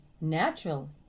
natural